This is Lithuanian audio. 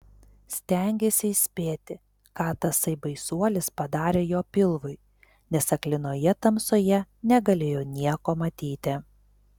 stengėsi įspėti ką tasai baisuolis padarė jo pilvui nes aklinoje tamsoje negalėjo nieko matyti